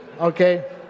Okay